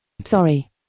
Sorry